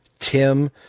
Tim